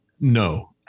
No